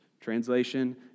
Translation